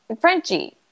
Frenchie